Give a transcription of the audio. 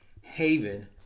haven